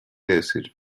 decir